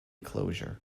closure